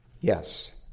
yes